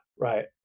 right